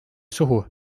suhu